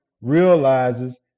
realizes